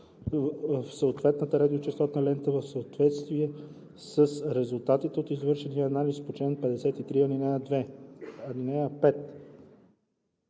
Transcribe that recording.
в съответната радиочестотна лента, в съответствие с резултатите от извършения анализ по чл. 53, ал. 2. (5)